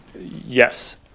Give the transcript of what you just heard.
Yes